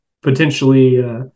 potentially –